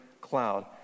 cloud